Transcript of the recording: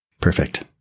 Perfect